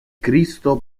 cristo